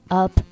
up